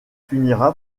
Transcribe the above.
finira